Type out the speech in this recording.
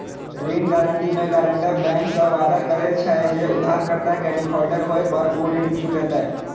ऋण गारंटी मे guarantor bank सं वादा करे छै, जे उधारकर्ता के डिफॉल्टर होय पर ऊ ऋण चुकेतै